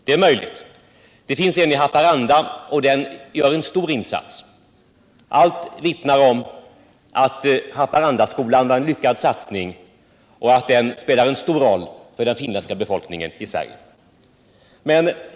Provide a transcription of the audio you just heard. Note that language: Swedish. Det finns en i Haparanda, och den gör en stor insats. Allt vittnar om att Haparandaskolan var en lyckad satsning och att den spelar en stor roll för den finländska befolkningen i Sverige.